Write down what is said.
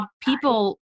people